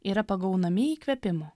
yra pagaunami įkvėpimo